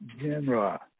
genre